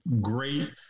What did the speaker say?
great